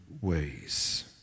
ways